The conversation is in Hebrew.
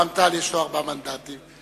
רע"ם-תע"ל יש לו ארבעה מנדטים.